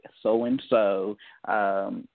so-and-so